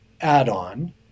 add-on